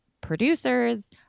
producers